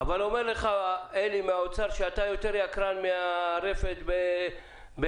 אבל אומר לך אלי מהאוצר שאתה יותר יקרן מהרפת באיטליה,